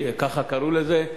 ככה קראו לזה.